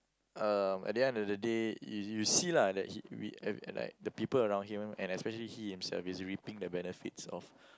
uh at the end of the day y~ you see lah that he uh like the people around him and especially he himself is reaping the benefits of